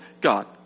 God